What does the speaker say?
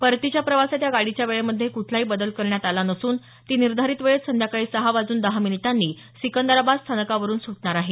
परतीच्या प्रवासात या गाडीच्या वेळेमध्ये कुठलाही बदल करण्यात आला नसून ती निर्धारित वेळेत संध्याकाळी सहा वाजून दहा मिनिटांनी सिकंदराबाद स्थानकावरून सुटणार आहे